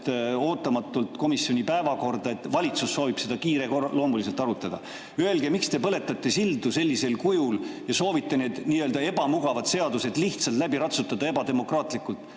ootamatult komisjoni päevakorda, sest valitsus soovib seda kiireloomuliselt arutada. Öelge, miks te põletate sildu sellisel kujul ja soovite need nii‑öelda ebamugavad seadused lihtsalt läbi ratsutada, ebademokraatlikult.